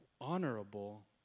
honorable